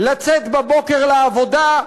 לצאת בבוקר לעבודה,